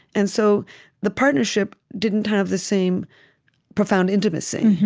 and so the partnership didn't have the same profound intimacy,